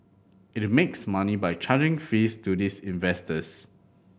it makes money by charging fees to these investors